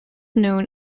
known